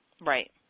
Right